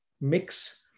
mix